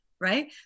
right